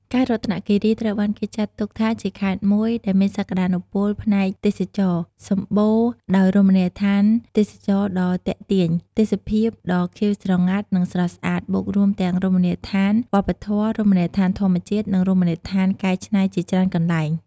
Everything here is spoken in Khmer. ខេត្តរតនគិរី ត្រូវបានគេចាត់ទុកថា ជាខេត្តមួយដែលមានសក្ដានុពលផ្នែកទេសចរណ៍ សម្បូរដោយរមណីយដ្ឋានទេសចរណ៍ដ៏ទាក់ទាញ ទេសភាពដ៏ខៀវស្រងាត់ និងស្រស់ស្អាត បូករួមទាំងរមណីយដ្ឋានវប្បធម៌ រមណីយដ្ឋានធម្មជាតិ និងរមណីយដ្ឋានកែច្នៃជាច្រើនកន្លែង។